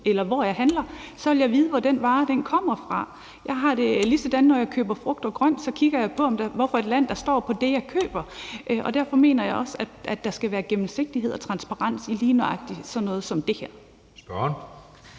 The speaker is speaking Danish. eller hvor jeg handler, for så vil jeg vide, hvor den vare kommer fra. Jeg har det på samme måde, når jeg køber frugt og grønt, for så kigger jeg på, hvilket land det, jeg køber, kommer fra. Derfor mener jeg også, at der skal være gennemsigtighed og transparens i lige nøjagtig sådan noget som det her.